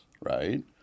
right